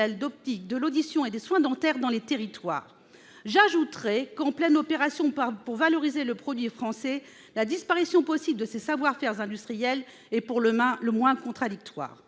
l'optique, de l'audition et des soins dentaires dans les territoires. J'ajouterai que, en pleine opération pour valoriser le « produire français », la disparition possible de ces savoir-faire industriels est pour le moins contradictoire.